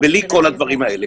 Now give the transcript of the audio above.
בלי כל הדברים האלה.